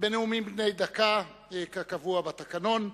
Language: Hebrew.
בנאומים בני דקה, כקבוע בתקנון.